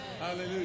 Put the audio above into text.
Hallelujah